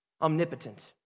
omnipotent